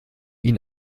ihn